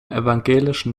evangelischen